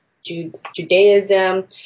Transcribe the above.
Judaism